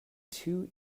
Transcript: too